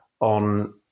on